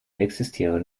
existieren